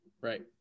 right